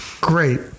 Great